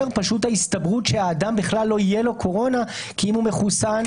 פשוט ההסתברות שלאדם בכלל לא תהיה קורונה כי אם הוא מחוסן,